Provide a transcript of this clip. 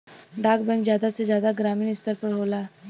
डाक बैंक जादा से जादा ग्रामीन स्तर पर होला